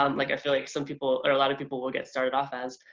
um like i feel like some people or a lot of people will get started off as.